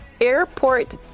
airport